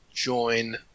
join